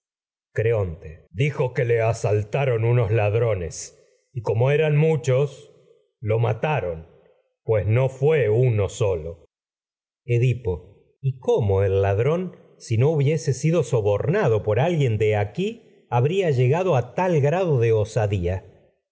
creonte dijo como eran que le asaltaron unos ladrones uno y muchos lo mataron pues no no fué solo edipo nado y cómo el ladrón si de aqui hubiese sido sobor a por alguien habría llegado tal grado de osadía